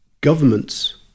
governments